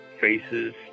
faces